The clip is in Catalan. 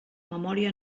memòria